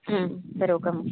ம் சரி okay ma'am